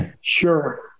sure